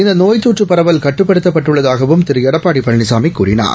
இந்த தொற்று பரவல் கட்டுப்படுத்தப்பட்டுள்ளதாகவும் திரு எடப்பாடி பழனிசாமி கூறினார்